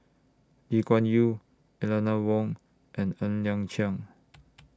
Lee Kuan Yew Eleanor Wong and Ng Liang Chiang